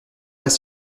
pas